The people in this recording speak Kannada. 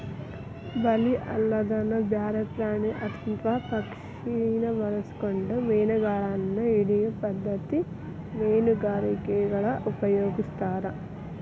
ಬಲಿ ಅಲ್ಲದನ ಬ್ಯಾರೆ ಪ್ರಾಣಿ ಅತ್ವಾ ಪಕ್ಷಿನ ಬಳಸ್ಕೊಂಡು ಮೇನಗಳನ್ನ ಹಿಡಿಯೋ ಪದ್ಧತಿ ಮೇನುಗಾರಿಕೆಯೊಳಗ ಉಪಯೊಗಸ್ತಾರ